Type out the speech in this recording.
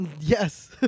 yes